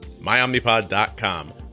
Myomnipod.com